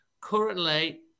currently